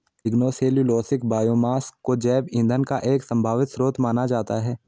lignocellulosic biomass को जैव ईंधन का एक संभावित स्रोत माना जाता है